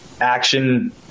action